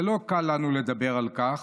זה לא קל לנו לדבר על כך,